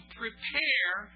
prepare